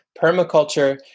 permaculture